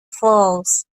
force